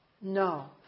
No